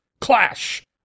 Clash